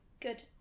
Good